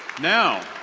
now,